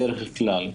בדרך כלל.